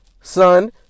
son